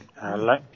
Hello